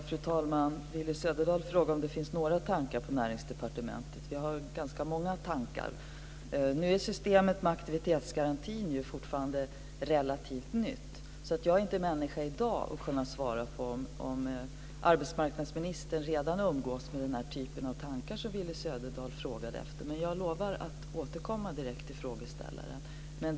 Fru talman! Willy Söderdahl frågar om det finns några tankar på Näringsdepartementet. Vi har ganska många tankar. Nu är systemet med aktivitetsgarantin fortfarande relativt nytt. Jag är inte människa i dag att kunna svara på om arbetsmarknadsministern redan umgås med den typ av tankar som Willy Säderdahl frågar efter. Men jag lovar att återkomma direkt till frågeställaren.